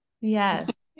Yes